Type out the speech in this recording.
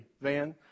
Van